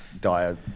dire